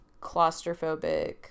claustrophobic